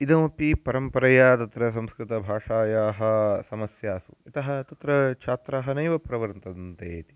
इदमपि परम्परया तत्र संस्कृतभाषायाः समस्या अस्ति यतः तत्र छात्राः नैव प्रवर्तन्ते इति